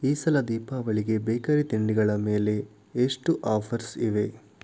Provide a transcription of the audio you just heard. ಈ ಸಲ ದೀಪಾವಳಿಗೆ ಬೇಕರಿ ತಿಂಡಿಗಳ ಮೇಲೆ ಎಷ್ಟು ಆಫರ್ಸ್ ಇವೆ